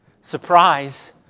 Surprise